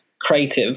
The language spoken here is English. creative